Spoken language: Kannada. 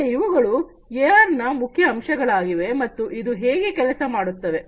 ಮತ್ತೆ ಇವುಗಳು ಎಆರ್ ನ ಮುಖ್ಯ ಅಂಶಗಳಾಗಿವೆ ಮತ್ತು ಅದು ಹೀಗೆ ಕೆಲಸ ಮಾಡುತ್ತದೆ